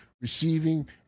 receiving